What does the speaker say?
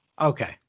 okay